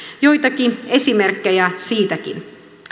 joitakin esimerkkejä siitäkin